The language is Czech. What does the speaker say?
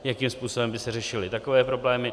Jakým způsobem by se řešily takové problémy?